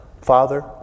Father